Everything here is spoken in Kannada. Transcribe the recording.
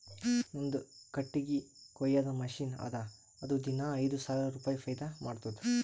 ನಂದು ಕಟ್ಟಗಿ ಕೊಯ್ಯದ್ ಮಷಿನ್ ಅದಾ ಅದು ದಿನಾ ಐಯ್ದ ಸಾವಿರ ರುಪಾಯಿ ಫೈದಾ ಮಾಡ್ತುದ್